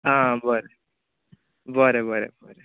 आं बरें बरें बरें बरें